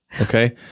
okay